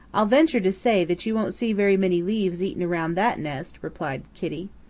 i'll venture to say that you won't see very many leaves eaten around that nest, replied kitty.